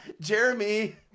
Jeremy